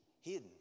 hidden